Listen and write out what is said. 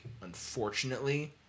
unfortunately